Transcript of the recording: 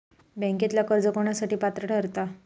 बँकेतला कर्ज कोणासाठी पात्र ठरता?